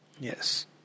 yes